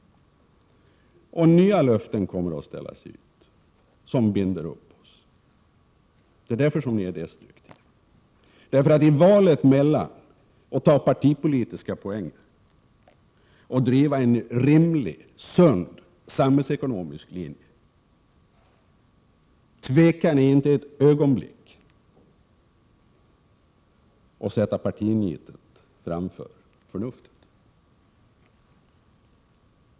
Och nya löften kommer att ställas ut som binder upp oss. Det är därför jag kallar er politik destruktiv. I valet mellan att ta partipolitiska poäng och att driva en rimlig, sund, samhällsekonomisk linje tvekar ni inte ett ögonblick att sätta partinitet före förnuftet.